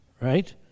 right